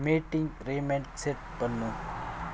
meeting remind set பண்ணு